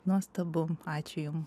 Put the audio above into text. nuostabu ačiū jum